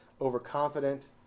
overconfident